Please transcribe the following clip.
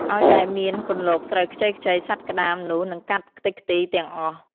អោយតែមានពន្លកស្រូវខ្ចីៗ សត្វក្ដាមនោះនឹងកាត់ខ្ទេចខ្ទីរទាំងអស់ ។